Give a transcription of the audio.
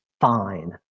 fine